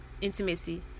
intimacy